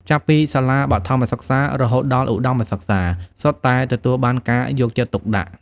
ចាប់ពីសាលាបឋមសិក្សា រហូតដល់ឧត្ដមសិក្សា សុទ្ធតែទទួលបានការយកចិត្តទុកដាក់។